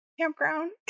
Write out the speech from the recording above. campground